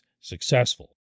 successful